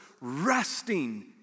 Resting